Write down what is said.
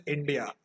India